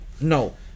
No